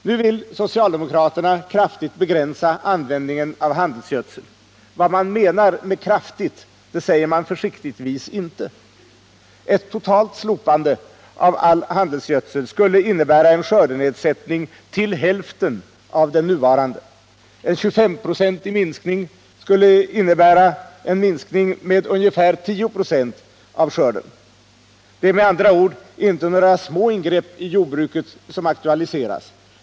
Nu vill socialdemokraterna kraftigt begränsa användningen av handelsgödsel. Vad man menar med ”kraftigt” säger man försiktigtvis inte. Ett totalt slopande av handelsgödsel skulle innebära en skördenedsättning till hälften av den nuvarande. En 25-procentig minskning av handelsgödselgivorna skulle betyda ett skördebortfall på ca 10 96. Det är med andra ord inte några små ingrepp i jordbruket som aktualiseras.